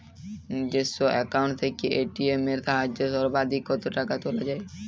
নিজস্ব অ্যাকাউন্ট থেকে এ.টি.এম এর সাহায্যে সর্বাধিক কতো টাকা তোলা যায়?